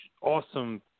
awesome